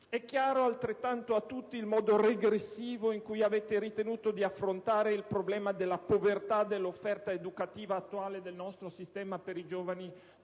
È altrettanto chiaro a tutti il modo regressivo in cui avete ritenuto di affrontare il problema della povertà dell'offerta educativa attuale del nostro sistema per i giovani